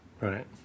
right